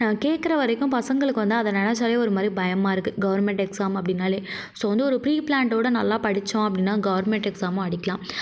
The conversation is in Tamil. நான் கேட்கற வரைக்கும் பசங்களுக்கு வந்து அதை நினைச்சாலே ஒரு மாதிரி பயமாக இருக்குது கவர்மண்ட் எக்ஸாம் அப்படினாலே ஸோ வந்து ப்ரீபிளான்டோட நல்லா படித்தோம் அப்படினா கவுர்மண்ட் எக்ஸாமும் அடிக்கலாம்